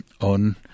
on